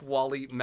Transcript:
Wally